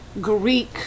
Greek